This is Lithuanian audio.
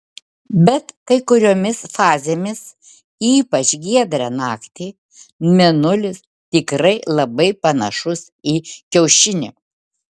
bet kai kuriomis fazėmis ypač giedrą naktį mėnulis tikrai labai panašus į kiaušinį